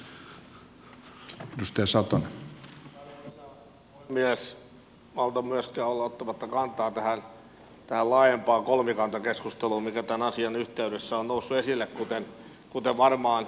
en malta myöskään olla ottamatta kantaa tähän laajempaan kolmikantakeskusteluun mikä tämän asian yhteydessä on noussut esille kuten varmaan sopiikin